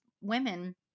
women